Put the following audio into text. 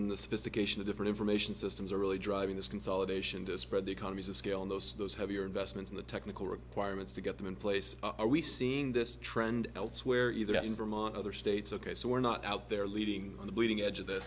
in the sophistication of different information systems are really driving this consolidation to spread the economies of scale in those those have your investments in the technical requirements to get them in place are we seeing this trend elsewhere either out in vermont other states ok so we're not out there leading on the bleeding edge of th